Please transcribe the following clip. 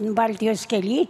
baltijos kely